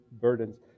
burdens